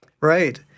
Right